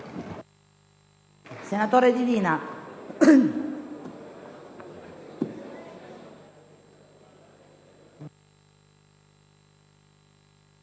senatore Divina.